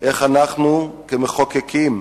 איך אנחנו, כמחוקקים,